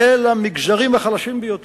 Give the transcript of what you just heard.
אל המגזרים החלשים ביותר.